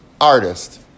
artist